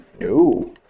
No